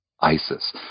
ISIS